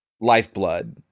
Lifeblood